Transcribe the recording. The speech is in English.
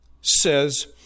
says